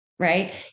right